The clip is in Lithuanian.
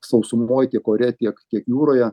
sausumoj tiek ore tiek tiek jūroje